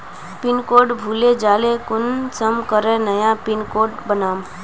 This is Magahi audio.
पिन कोड भूले जाले कुंसम करे नया पिन कोड बनाम?